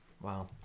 Wow